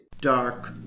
Dark